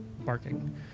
barking